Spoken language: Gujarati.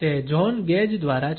તે જ્હોન ગેજ દ્વારા છે